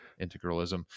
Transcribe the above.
integralism